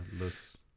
los